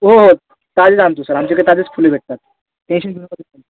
हो हो ताजेच आणतो सर आमच्याकडे ताजेच फुले भेटतात टेंशन घेऊ नका तुम्ही